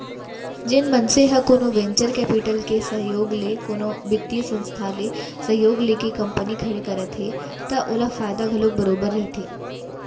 जेन मनसे ह कोनो वेंचर कैपिटल के सहयोग ले कोनो बित्तीय संस्था ले सहयोग लेके कंपनी खड़े करत हे त ओला फायदा घलोक बरोबर रहिथे